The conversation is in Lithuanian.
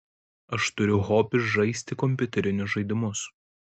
aš turiu hobį žaisti kompiuterinius žaidimus